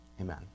Amen